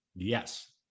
Yes